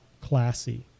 classy